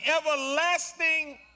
everlasting